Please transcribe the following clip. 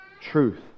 truth